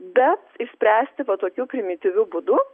bet išspręsti va tokiu primityviu būdu